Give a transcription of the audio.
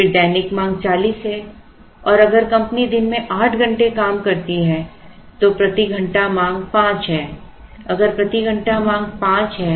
फिर दैनिक मांग चालीस है अगर कंपनी दिन में आठ घंटे काम करती है तो प्रति घंटा मांग पांच है अगर प्रति घंटा मांग पांच है